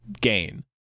gain